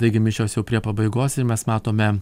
taigi mišios jau prie pabaigos ir mes matome